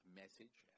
message